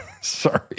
sorry